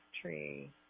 tree